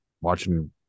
watching